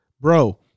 bro